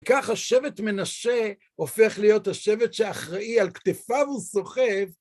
ככה שבט מנשה הופך להיות השבט שאחראי, על כתפיו הוא סוחב.